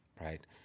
right